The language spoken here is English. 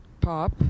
Pop